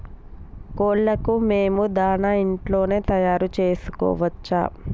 కోళ్లకు మేము దాణా ఇంట్లోనే తయారు చేసుకోవచ్చా?